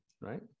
right